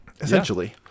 Essentially